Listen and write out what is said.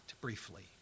briefly